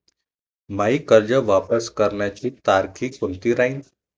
मायी कर्ज वापस करण्याची तारखी कोनती राहीन?